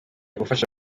gufasha